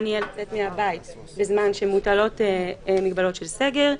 יהיה לצאת מהבית בזמן שמוטלות מגבלות של סגר,